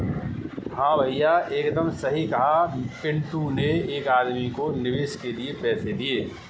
हां भैया एकदम सही कहा पिंटू ने एक आदमी को निवेश के लिए पैसे दिए